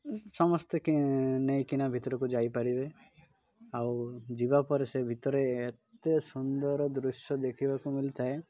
ସମସ୍ତେ କି ନେଇକିନା ଭିତରକୁ ଯାଇପାରିବେ ଆଉ ଯିବାପରେ ସେ ଭିତରେ ଏତେ ସୁନ୍ଦର ଦୃଶ୍ୟ ଦେଖିବାକୁ ମିଳିିଥାଏ